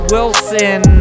Wilson